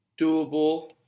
doable